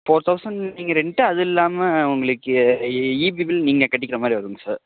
four thousand நீங்கள் rent அது இல்லாம உங்களுக்கு ஈபி பில் நீங்கள் கட்டிக்கிற மாதிரி வரும்ங்க சார்